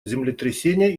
землетрясения